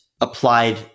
applied